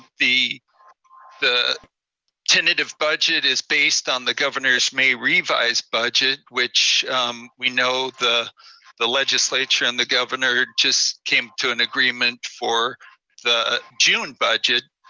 the the tentative budget is based on the governor's may revise budget, which we know the the legislature and the governor just came to an agreement for the june budget.